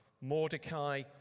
Mordecai